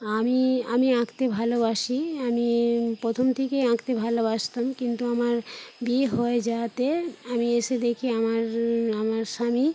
আমি আমি আঁকতে ভালোবাসি আমি প্রথম থেকেই আঁকতে ভালোবাসতাম কিন্তু আমার বিয়ে হয়ে যাওয়াতে আমি এসে দেখি আমার আমার স্বামী